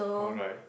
alright